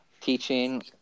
teaching